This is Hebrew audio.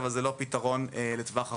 אבל זה לא פתרון לטווח ארוך.